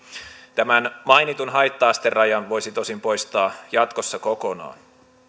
tämän mainitun haitta asterajan voisi tosin poistaa jatkossa kokonaan